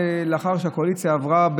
לאחר שהקואליציה עברה,